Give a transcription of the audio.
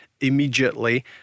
immediately